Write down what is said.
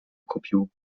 kupił